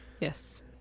yes